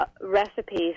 recipes